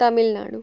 Tamil Nadu